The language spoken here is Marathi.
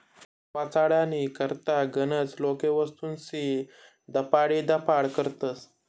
टॅक्स वाचाडानी करता गनच लोके वस्तूस्नी दपाडीदपाड करतस